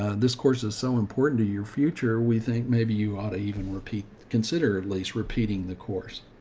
this course is so important to your future. we think maybe you ought to even repeat, consider at least repeating the course.